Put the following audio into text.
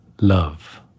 Love